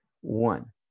One